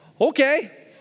okay